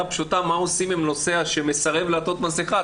הפשוטה מה עושים עם נוסע שמסרב לעטות מסכה,